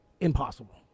impossible